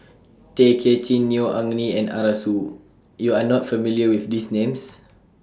Tay Kay Chin Neo Anngee and Arasu YOU Are not familiar with These Names